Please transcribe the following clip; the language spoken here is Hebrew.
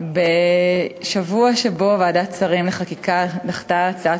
בשבוע שבו ועדת שרים לחקיקה דחתה הצעת